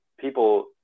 people